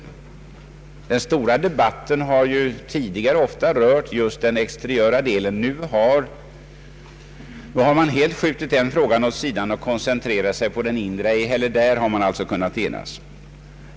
Den stora debatten har tidigare ofta rört just den exteriöra delen. Nu har man helt skjutit den frågan åt sidan och koncentrerat sig på det inre. Ej heller där har man kunnat enas.